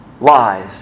lies